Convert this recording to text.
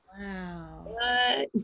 wow